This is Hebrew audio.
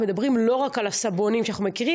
מדינת ישראל על כל זרועותיה,